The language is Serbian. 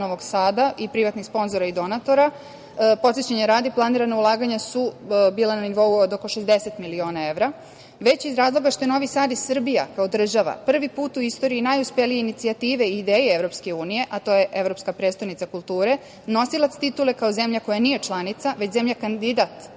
i privatnih sponzora i donatora, podsećanja radi, planirana ulaganja su bila na nivou od oko 60 miliona evra, već i iz razloga što je Novi Sad i Srbija kao država prvi put u istoriji i najuspelije inicijative i ideje Evropske unije, a to je „Evropska prestonica kulture“, nosilac titule kao zemlja koja nije članica već zemlja kandidat